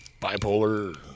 bipolar